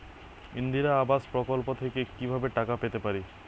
ইন্দিরা আবাস প্রকল্প থেকে কি ভাবে টাকা পেতে পারি?